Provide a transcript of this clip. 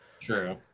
True